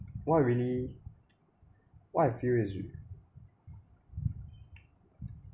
what really what I feel is